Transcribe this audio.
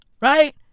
Right